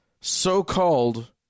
so-called